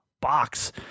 box